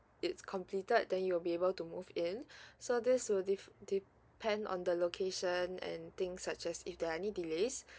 it's completed then you'll be able to move in so this will diff~ depend on the location and things such as if there are any delays